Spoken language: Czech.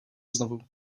znovu